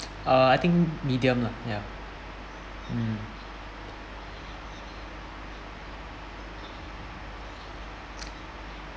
uh I think medium lah ya mm